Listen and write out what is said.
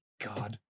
God